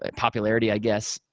ah popularity, i guess.